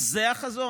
אז זה החזון?